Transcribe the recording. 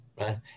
right